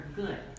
good